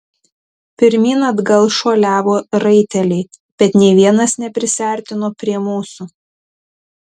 pirmyn atgal šuoliavo raiteliai bet nė vienas neprisiartino prie mūsų